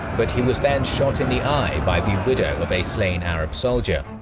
but he was then shot in the eye by the widow of a slain arab soldier.